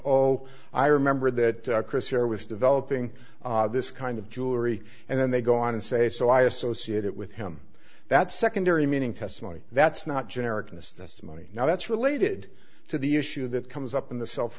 all i remember that chris here was developing this kind of jewelry and then they go on and say so i associate it with him that's secondary meaning testimony that's not generic in this that's money now that's related to the issue that comes up in the self